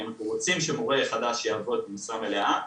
כי אנחנו רוצים שמורה חדש יעבוד משרה מלאה,